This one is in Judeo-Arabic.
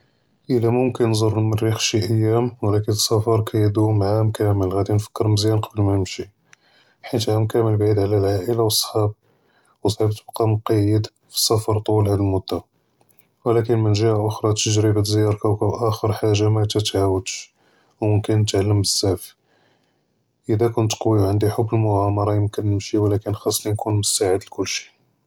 אלא מומכן כנזור אלמריח׳ פשי אייאם ולאכן אלספר כידום עאם כאמל ראדי נפכּר מזיאן קבל מא נמשי עאם כאמל בעיד עלא אלעאילה ואלסחאב, וצעיב תבקא מקייד פאלספר טול האד אלמדה, ולאכן מן ג׳יה אוכ׳רא תג׳ריבה זיארת כוכב אכר חאג׳ה מאתתעאודש ומומכן תתעלם בזאף, אלא כנת קוי וע׳נדי חוב אלמוע׳אמרא ימכן נמשי ולאכן ח׳סני נכון מסטעד לכלשי.